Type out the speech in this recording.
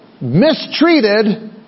mistreated